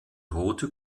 rote